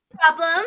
problem